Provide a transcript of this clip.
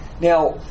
Now